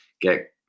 get